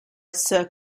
sir